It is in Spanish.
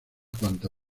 cuanta